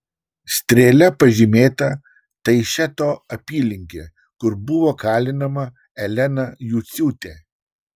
strėle pažymėta taišeto apylinkė kur buvo kalinama elena juciūtė